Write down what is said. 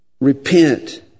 Repent